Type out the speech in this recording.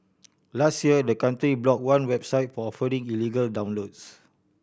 last year the country block one website for offering illegal downloads